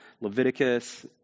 Leviticus